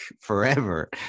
forever